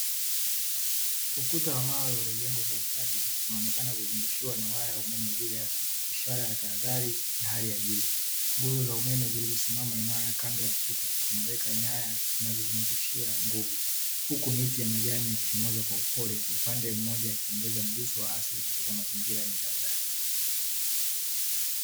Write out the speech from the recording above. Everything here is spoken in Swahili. Ukuta wa mawe umejengwa kwa ustadi unaonekana kuzungushiwa waya wa umeme juu yake, ishara ya tahadhari ya hali ya juu. Nguzo za umeme zilizosimama imara kando ya ukuta, zinaweka nyaya zinazo zungushia nguvu. Huku miti ya majani yakichomoza kwa upole upande mmoja, yakiongeza mguso wa asili katika mazingira ya kitahadhari.